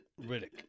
Riddick